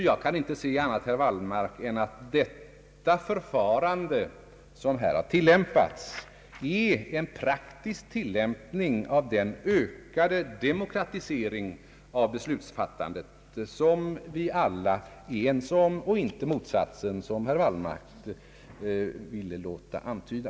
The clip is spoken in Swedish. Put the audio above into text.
Jag kan inte se annat, herr Wallmark, än att det förfarande som här har tillämpats är en praktisk tillämpning av den ökade demokratisering av beslutsfattandet, som vi alla är ense om, och inte motsatsen, som herr Wallmark ville antyda.